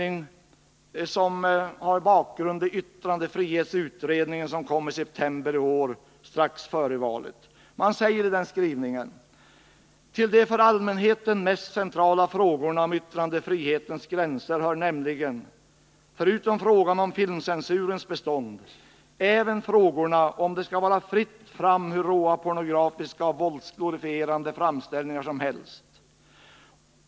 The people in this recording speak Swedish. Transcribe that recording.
Bakgrunden till den är yttrandefrihetsutredningens betänkande som kom i september i år, strax före valet. I den skrivelsen sägs: ”Till de för allmänheten mest centrala frågorna om yttrandefrihetens Nr 51 gränser hör nämligen, förutom frågan om filmcensurens bestånd, även frågorna om det skall vara fritt fram för hur råa pornografiska och våldsglorifierande framställningar som helst.